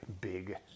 big